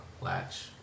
latch